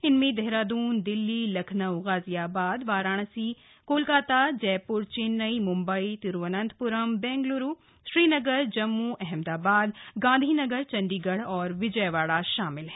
इनमें देहराद्रन दिल्ली लखनऊ गाज़ियाबाद वाराणसी कोलकाता जयप्र चेन्नई म्म्बई तिरुवनंतप्रम बेंगल्रू श्रीनगर जम्मू अहमदाबाद गांधीनगर चंडीगढ़ और विजयवाड़ा शामिल हैं